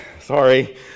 sorry